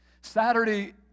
Saturday